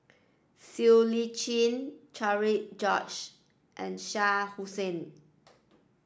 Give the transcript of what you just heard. Siow Lee Chin Cherian George and Shah Hussain